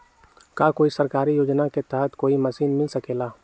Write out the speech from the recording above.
का कोई सरकारी योजना के तहत कोई मशीन मिल सकेला?